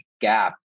gap